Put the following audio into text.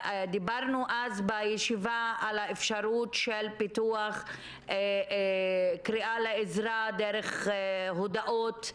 דיברנו אז בישיבה על האפשרות של פיתוח קריאה לעזרה דרך הודעות.